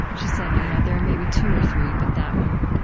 she said there are maybe two or three, but that one,